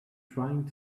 trying